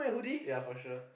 ya for sure